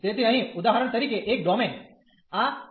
તેથી અહીં ઉદાહરણ તરીકે એક ડોમેન આ પ્રકારનું છે